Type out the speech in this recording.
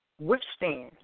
Withstand